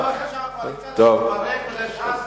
הוא מפחד שהקואליציה תתפרק ולש"ס לא יהיה מה לעשות.